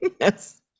Yes